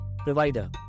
Provider